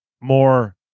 more